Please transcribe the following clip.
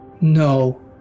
No